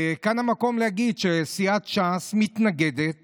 וכאן המקום להגיד שסיעת ש"ס מתנגדת